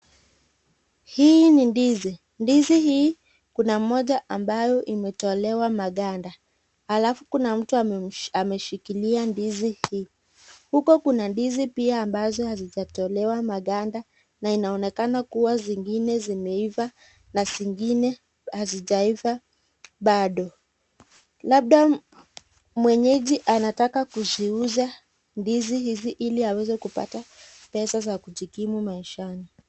Hii ni ndizi. Ndizi hii kuna moja ambayo imetolewa maganda. Alafu kuna mtu ameshikilia ndizi hii. Huko kuna ndizi pia ambazo hazijatolewa maganda, na inaonekana kuwa zingine zimeiva na zingine hazijaiva bado. Labda mwenyeji anataka kuziuza ndizi hizi ili aweze kupata pesa za kujikimu maishani.